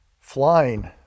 flying